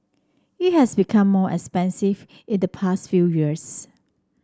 it has become more expensive in the past few years